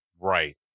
Right